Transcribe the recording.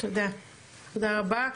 תודה רבה,